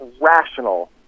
rational